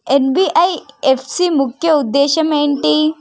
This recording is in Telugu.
ఎన్.బి.ఎఫ్.సి ముఖ్య ఉద్దేశం ఏంటి?